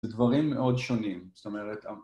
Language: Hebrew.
זה דברים מאוד שונים, זאת אומרת